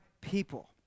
people